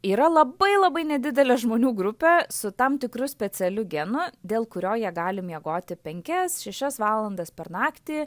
yra labai labai nedidelė žmonių grupė su tam tikru specialiu genu dėl kurio jie gali miegoti penkias šešias valandas per naktį